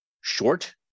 short